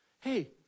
Hey